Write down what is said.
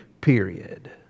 Period